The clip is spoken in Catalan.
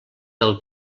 del